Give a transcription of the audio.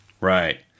Right